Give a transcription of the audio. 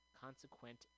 consequent